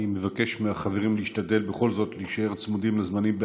אני מבקש מהחברים להשתדל בכל זאת להישאר צמודים לזמנים.